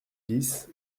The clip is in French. dix